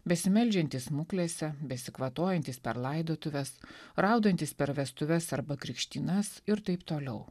besimeldžiantys smuklėse besikvatojantys per laidotuves raudantys per vestuves arba krikštynas ir taip toliau